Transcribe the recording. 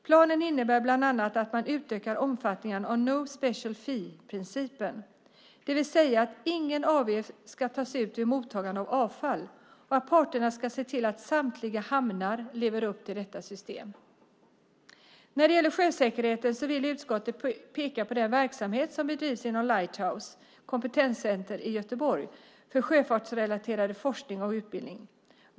Planen innebär bland annat att man utökar omfattningen av no special fee principen, det vill säga att ingen avgift ska tas ut vid mottagande av avfall och att parterna ska se till att samtliga hamnar lever upp till detta system. När det gäller sjösäkerheten vill utskottet peka på den verksamhet som bedrivs inom Lighthouse, kompetenscentret i Göteborg för sjöfartsrelaterad forskning och utbildning.